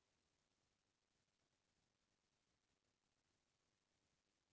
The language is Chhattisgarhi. माटी ल तोड़े बर कोन से मशीन काम आही?